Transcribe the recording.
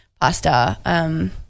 pasta